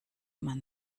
man